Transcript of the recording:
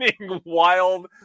wild